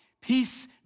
Peace